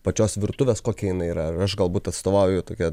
pačios virtuvės kokia jinai yrair aš galbūt atstovauju tokia